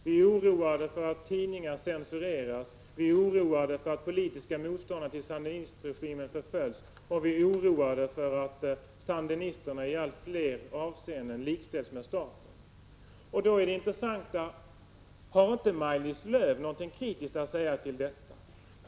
Vi är oroade för att tidningar censureras, vi är oroade för att politiska motståndare till sandinistregimen förföljs, vi är oroade för att sandinisterna i allt fler avseenden likställs med staten. Då är det intressanta: Har inte Maj-Lis Lööw någonting kritiskt att säga i detta sammanhang?